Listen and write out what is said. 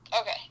okay